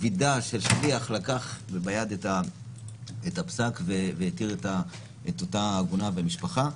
הוא וידא שהשליח לקח ביד את הפסק והתיר את אותה עגונה ומשפחתה.